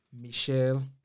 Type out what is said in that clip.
Michelle